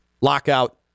lockout